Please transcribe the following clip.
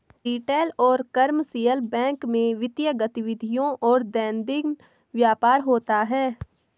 retail और commercial bank में वित्तीय गतिविधियों और दैनंदिन व्यापार होता है